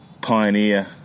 pioneer